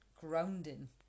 grounding